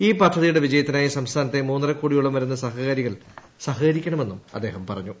ഈ പദ്ധതിയുടെ വിജയത്തിനായി സംസ്ഥാനത്തെ മൂന്നരക്കോടിയോളം വരുന്ന സഹകാരികൾ സഹകരിക്കണം എന്നും അദ്ദേഹം പറഞ്ഞു